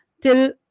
till